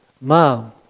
mom